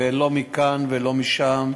ולא מכאן ולא משם,